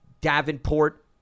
Davenport